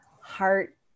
heart